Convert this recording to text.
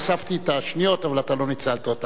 הוספתי את השניות, אבל אתה לא ניצלת אותן.